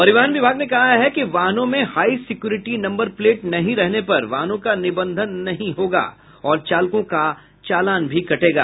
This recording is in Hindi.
परिवहन विभाग ने कहा है कि वाहनों में हाई सिक्योरिटी नम्बर प्लेट नहीं रहने पर वाहनों का निबंधन नहीं होगा और चालकों का चालान भी कटेगा